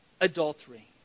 adultery